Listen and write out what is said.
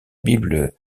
bible